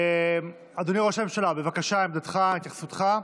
אדוני ראש הממשלה, בבקשה, עמדתך, התייחסותך.